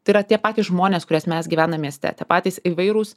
tai yra tie patys žmonės kuries mes gyvenam mieste tie patys įvairūs